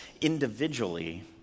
individually